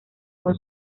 con